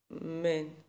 men